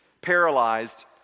paralyzed